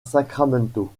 sacramento